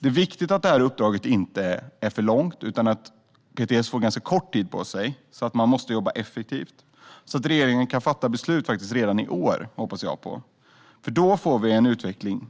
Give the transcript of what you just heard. Det är viktigt att uppdraget inte är för långt utan att PTS får ganska kort tid på sig, så att de måste jobba effektivt och så att regeringen kan fatta beslut redan i år. Det hoppas jag på. Då får vi en utveckling